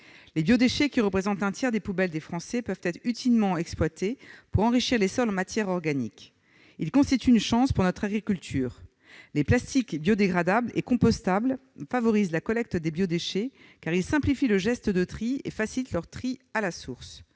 Les biodéchets, qui représentent un tiers des poubelles des Français, peuvent être utilement exploités pour enrichir les sols en matières organiques. Ils constituent une chance pour notre agriculture. Les plastiques biodégradables et compostables favorisent la collecte des biodéchets, car ils simplifient le geste de tri et facilitent le tri à la source.